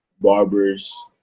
barbers